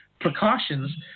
precautions